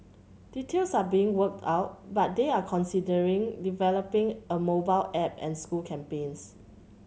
details are being worked out but they are considering developing a mobile app and school campaigns